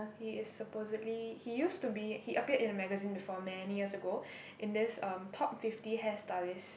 he is supposedly he used to be he appeared in a magazine before many years ago in this um top fifty hairstylist